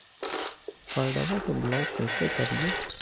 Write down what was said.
कार्डबा के ब्लॉक कैसे करिए?